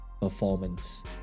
performance